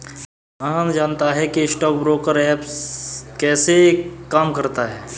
आनंद जानता है कि स्टॉक ब्रोकर ऐप कैसे काम करता है?